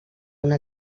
una